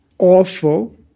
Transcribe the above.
awful